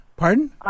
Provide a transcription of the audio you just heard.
Pardon